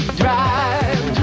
drive